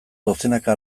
dozenaka